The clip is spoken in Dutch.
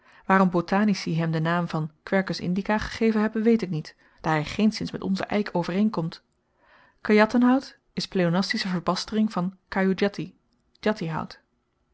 waarom botanici hem den naam van quercus indica gegeven hebben weet ik niet daar hy geenszins met onzen eik overeenkomt kajatenhout is pleonastische verbastering van